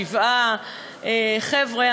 שבעה חבר'ה,